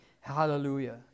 Hallelujah